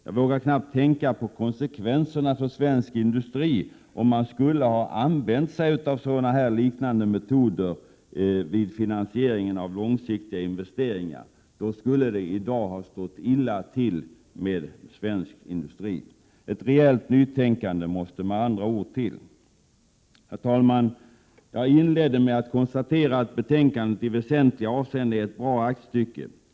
Jag vågar knappt tänka på konsekvenserna för svensk industri om man skulle ha använt liknande metoder vid finansieringen av långsiktiga investeringar. Då skulle det i dag ha stått illa till med svensk industri. Ett rejält nytänkande måste med andra ord till. Herr talman! Jag inledde med att konstatera att betänkandet i väsentliga avseenden är ett bra aktstycke.